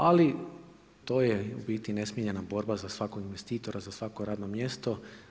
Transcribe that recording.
Ali to je u biti nesmiljena borba za svakog investitora, za svako radno mjesto.